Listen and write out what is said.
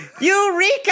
Eureka